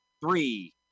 Three